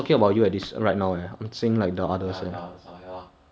no because because zi~ zi quan say then tank will follow